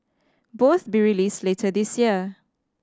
both be released later this year